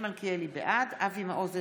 בעד אבי מעוז,